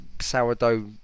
sourdough